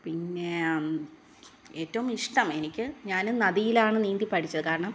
പിന്നെ ഏറ്റവും ഇഷ്ടം എനിക്ക് ഞാനും നദിയിലാണ് നീന്തി പഠിച്ചത് കാരണം